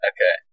Okay